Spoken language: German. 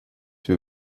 wir